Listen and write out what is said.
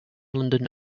london